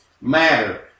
matter